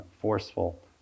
forceful